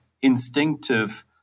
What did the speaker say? instinctive